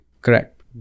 correct